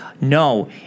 No